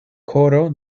koro